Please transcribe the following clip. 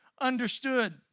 understood